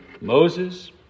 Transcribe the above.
Moses